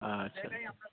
আচ্ছা